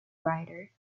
rider